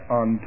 on